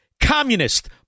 communist